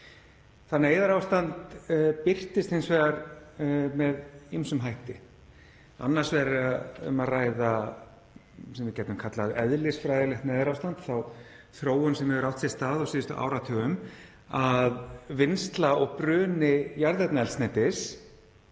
Það neyðarástand birtist hins vegar með ýmsum hætti. Annars vegar er um að ræða það sem við gætum kallað eðlisfræðilegt neyðarástand, þróun sem hefur átt sér stað á síðustu áratugum, að vinnsla og bruni jarðefnaeldsneytis